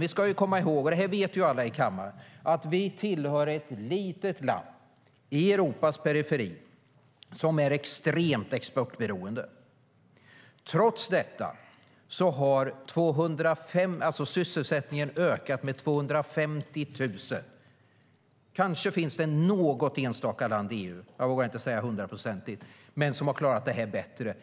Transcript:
Vi ska komma ihåg - och det vet alla i kammaren - att Sverige är ett litet land i Europas periferi som är extremt exportberoende. Trots detta har sysselsättningen ökat med 250 000. Kanske finns det något enstaka land i EU - jag vågar inte säga det hundraprocentigt - som har klarat det bättre.